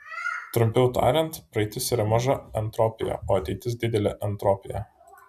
trumpiau tariant praeitis yra maža entropija o ateitis didelė entropija